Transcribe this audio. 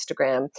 Instagram